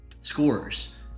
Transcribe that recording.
scorers